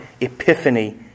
Epiphany